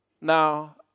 Now